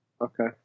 Okay